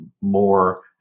more